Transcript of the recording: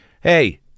Hey